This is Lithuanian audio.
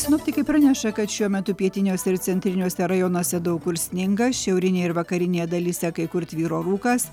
sinoptikai praneša kad šiuo metu pietiniuose ir centriniuose rajonuose daug kur sninga šiaurinėj ir vakarinėje dalyse kai kur tvyro rūkas